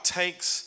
takes